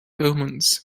omens